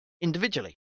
individually